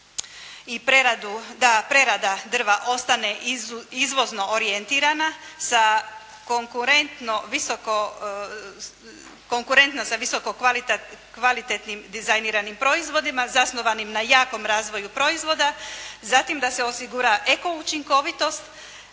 i da prerada drva ostane izvozno orijentirana konkurentno sa visokokvalitetnim dizajniranim proizvodima zasnovanim na jakom razvoju proizvoda. Zatim da se osigura eko učinkovitost,